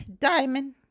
diamond